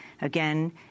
Again